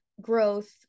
growth